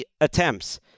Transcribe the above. attempts